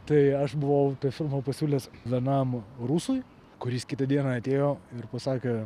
tai aš buvau tą filmą pasiūlęs vienam rusui kuris kitą dieną atėjo ir pasakė